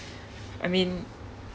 I mean